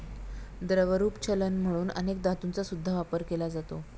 द्रवरूप चलन म्हणून अनेक धातूंचा सुद्धा वापर केला जातो